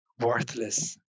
worthless